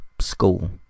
school